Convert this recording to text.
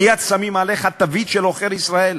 מייד שמים עליך תווית של עוכר ישראל.